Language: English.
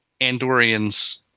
Andorians